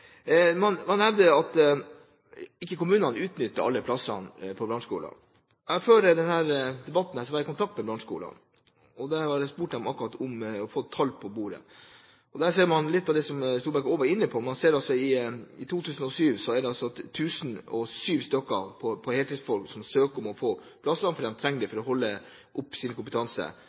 Man hevder at kommunene ikke utnytter alle plassene på brannskolen. Før denne debatten var jeg i kontakt med brannskolen. Jeg spurte dem om å få tall på bordet. Der ser man noe av det Storberget var inne på. I 2010 var det 1 007 stykker på heltid som søker om å få plass, for de trenger det for å opprettholde sin kompetanse,